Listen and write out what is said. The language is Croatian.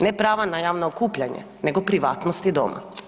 Ne prava na javna okupljanja nego privatnosti doma.